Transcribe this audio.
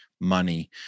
money